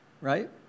right